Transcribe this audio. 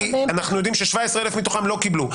זה לא 172,000 כי אנחנו יודעים ש-17,000 מתוכם לא קיבלו,